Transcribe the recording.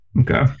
Okay